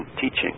teaching